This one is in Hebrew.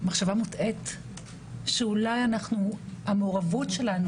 מחשבה מוטעית שאולי המעורבות שלנו,